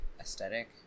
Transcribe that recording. aesthetic